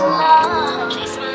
love